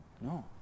No